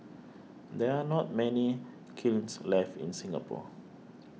there are not many kilns left in Singapore